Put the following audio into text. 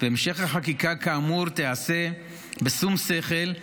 ובהמשך החקיקה כאמור תיעשה בשום שכל,